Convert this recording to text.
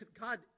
God